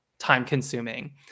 time-consuming